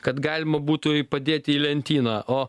kad galima būtų jį padėti į lentyną o